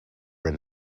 were